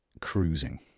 Cruising